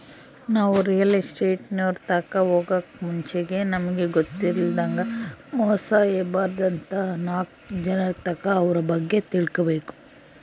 ನಾವು ರಿಯಲ್ ಎಸ್ಟೇಟ್ನೋರ್ ತಾಕ ಹೊಗಾಕ್ ಮುಂಚೆಗೆ ನಮಿಗ್ ಗೊತ್ತಿಲ್ಲದಂಗ ಮೋಸ ಹೊಬಾರ್ದಂತ ನಾಕ್ ಜನರ್ತಾಕ ಅವ್ರ ಬಗ್ಗೆ ತಿಳ್ಕಬಕು